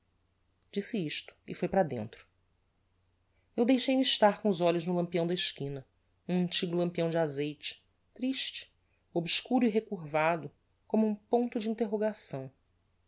disse isto e foi para dentro eu deixei-me estar com os olhos no lampião da esquina um antigo lampião de azeite triste obscuro e recurvado como um ponto de interrogação